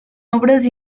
obres